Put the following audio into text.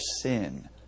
sin